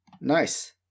Nice